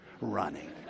running